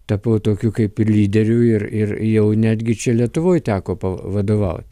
tapau tokiu kaip ir lyderių ir ir jau netgi čia lietuvoj teko pavadovaut